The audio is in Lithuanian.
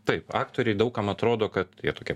taip aktoriai daug kam atrodo kad jie tokie